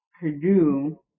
Purdue